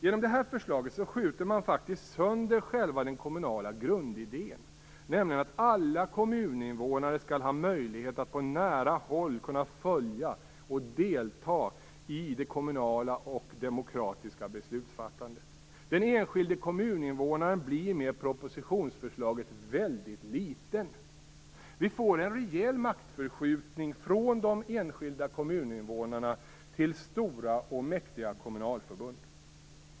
Genom detta förslag skjuter man sönder själva den kommunala grundidén, nämligen att alla kommuninvånare skall ha möjlighet att på nära håll följa och delta i det kommunala och demokratiska beslutsfattandet. Den enskilde kommuninvånaren blir med propositionsförslaget väldigt liten. Vi får en rejäl maktförskjutning från de enskilda kommuninvånarna till stora och mäktiga kommunalförbund.